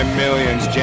millions